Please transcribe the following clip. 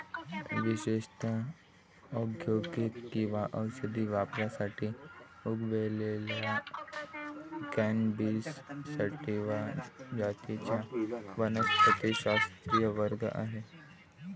विशेषत औद्योगिक किंवा औषधी वापरासाठी उगवलेल्या कॅनॅबिस सॅटिवा जातींचा वनस्पतिशास्त्रीय वर्ग आहे